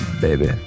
baby